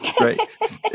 right